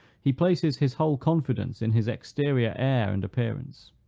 he places his whole confidence in his exterior air and appearance.